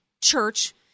church